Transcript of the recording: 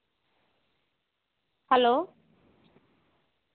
hello